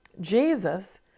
Jesus